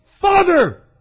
Father